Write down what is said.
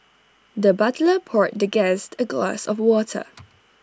the butler poured the guest A glass of water